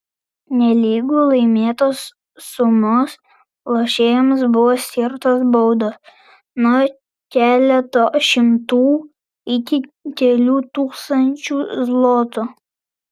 nelygu laimėtos sumos lošėjams buvo skirtos baudos nuo keleto šimtų iki kelių tūkstančių zlotų